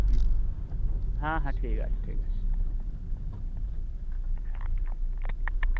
হুম হ্যাঁ হ্যাঁ ঠিক আছে ঠিক আছে